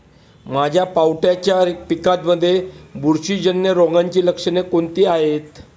माझ्या पावट्याच्या पिकांमध्ये बुरशीजन्य रोगाची लक्षणे कोणती आहेत?